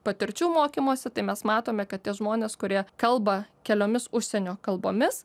patirčių mokymosi tai mes matome kad tie žmonės kurie kalba keliomis užsienio kalbomis